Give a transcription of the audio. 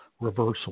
reversal